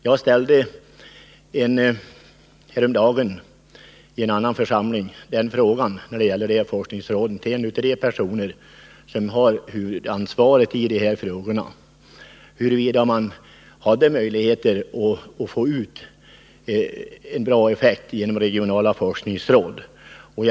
Jag ställde häromdagen i en annan församling till personer som har ett huvudansvar på forskningens område frågan huruvida det var möjligt för dem att få ut en bra effekt av de regionala forskningsrådens verksamhet.